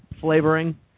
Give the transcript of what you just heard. flavoring